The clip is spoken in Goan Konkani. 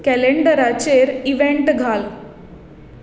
कॅलेंडराचेर इव्हेंट घाल